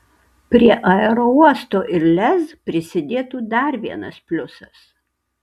prie aerouosto ir lez prisidėtų dar vienas pliusas